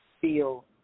feel